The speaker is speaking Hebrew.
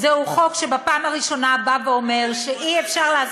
ממש לא.